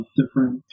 different